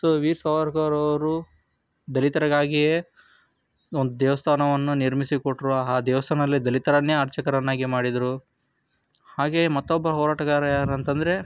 so Veer Savarkar ಅವರು ದಲಿತರಿಗಾಗಿಯೇ ಒಂದು ದೇವಸ್ಥಾನವನ್ನು ನಿರ್ಮಿಸಿ ಕೊಟ್ಟರು ಆ ದೇವಸ್ಥಾನದಲ್ಲಿ ದಲಿತರನ್ನೇ ಅರ್ಚಕರನ್ನಾಗಿ ಮಾಡಿದರು ಹಾಗೆಯೇ ಮತ್ತೊಬ್ಬ ಹೋರಾಟಗಾರ ಯಾರಂತ ಅಂದ್ರೆ